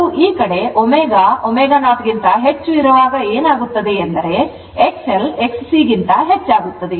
ಮತ್ತು ಈ ಕಡೆ ω ω0 ಕ್ಕಿಂತ ಹೆಚ್ಚು ಇರುವಾಗ ಏನಾಗುತ್ತದೆ ಎಂದರೆ XL XC ಗಿಂತ ಹೆಚ್ಚಾಗುತ್ತದೆ